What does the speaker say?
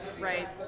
right